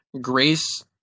grace